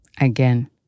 again